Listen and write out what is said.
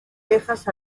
dejas